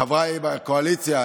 חבריי בקואליציה,